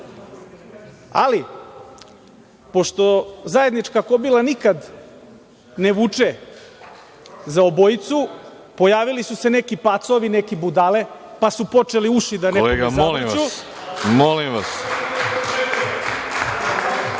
nema. Pošto zajednička kobila nikada ne vuče za obojicu, pojavili su se neki pacovi, neke budale, pa su počeli uši da zavrću.